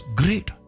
great